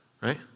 right